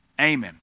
Amen